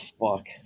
fuck